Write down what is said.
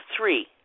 three